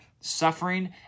suffering